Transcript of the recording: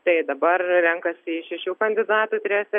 tai dabar renkasi iš šešių kandidatų trijose